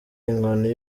inkoni